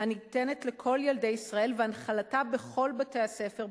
הניתנת לכל ילדי ישראל והנחלתה בכל בתי-הספר,